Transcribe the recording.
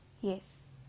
yes